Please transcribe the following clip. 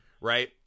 Right